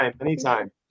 Anytime